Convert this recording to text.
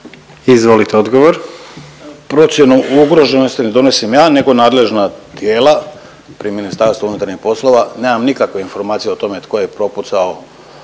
Ivan** Procjenu ugroženosti ne donosim ja nego nadležna tijela pri Ministarstvu unutarnjih poslova. Nemam nikakve informacije o tome tko je propucao